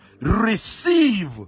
receive